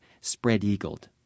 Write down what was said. spread-eagled